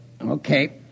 Okay